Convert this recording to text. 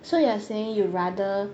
so you are saying you rather